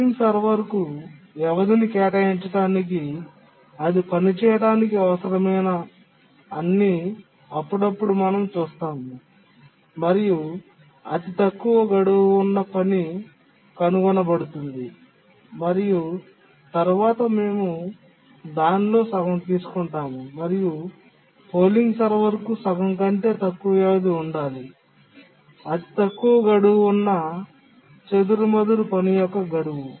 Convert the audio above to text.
polling సర్వర్కు వ్యవధిని కేటాయించడానికి అది పనిచేయడానికి అవసరమైన అన్ని అప్పుడప్పుడు మేము చూస్తాము మరియు అతి తక్కువ గడువు ఉన్న పని కనుగొనబడుతుంది మరియు తరువాత మేము దానిలో సగం తీసుకుంటాము మరియు పోలింగ్ సర్వర్కు సగం కంటే తక్కువ వ్యవధి ఉండాలి అతి తక్కువ గడువు ఉన్న చెదురుమదురు పని యొక్క గడువు